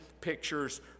pictures